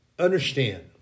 Understand